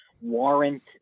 Warrant